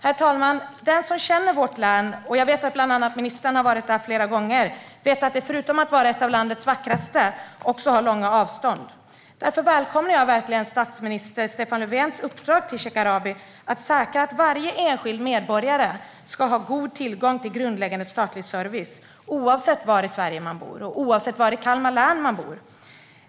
Herr talman! Den som känner till vårt län - jag vet att bland annat ministern har varit där flera gånger - vet att det förutom att vara ett av landets vackraste också har långa avstånd. Därför välkomnar jag verkligen statsminister Stefan Löfvens uppdrag till Shekarabi: att säkra att varje enskild medborgare ska ha god tillgång till grundläggande statlig service oavsett var i Sverige var man bor och oavsett var i Kalmar län man bor.